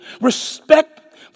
respect